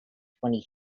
twenty